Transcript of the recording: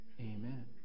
amen